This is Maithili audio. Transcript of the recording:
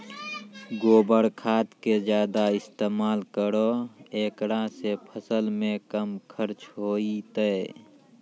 गोबर खाद के ज्यादा इस्तेमाल करौ ऐकरा से फसल मे कम खर्च होईतै?